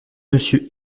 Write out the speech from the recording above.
monsieur